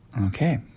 Okay